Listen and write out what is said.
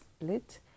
split